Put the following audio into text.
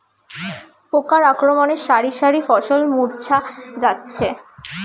পোকার আক্রমণে শারি শারি ফসল মূর্ছা যাচ্ছে